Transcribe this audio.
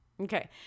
Okay